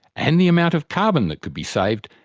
and the amount of carbon that could be saved,